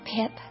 Pip